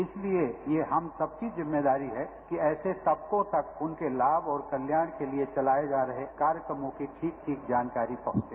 इसलिए ये हम सबकी हमारी जिम्मेदारी है कि ऐसे तपकों तक उनके लाभ और कल्याण के लिए चलाएजा रहे कार्यसमूह की ठीक ठीक जानकारी पहुंचे